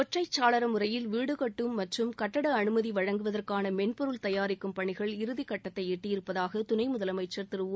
ஒற்றைச் சாளர முறையில் வீடு கட்டும் மற்றும் கட்டட அனுமதி வழங்குவதற்கான மென்பொருள் தயாரிக்கும் பணிகள் இறதிகட்டத்தை எட்டியிருப்பதாக துணை முதலமைச்சர் திரு ஒ